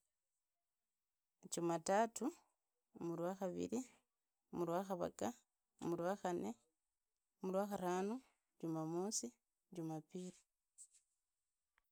Jumatatu, murua khariri, murwa khuraga, murwa khanne, murwa kharana, jumamosi, jumapili.